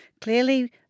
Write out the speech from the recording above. Clearly